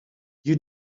you